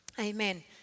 amen